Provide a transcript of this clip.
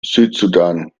südsudan